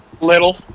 little